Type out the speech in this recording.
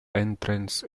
entrance